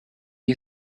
you